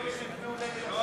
כל מי שהצביעו נגד עכשיו,